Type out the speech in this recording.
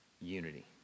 unity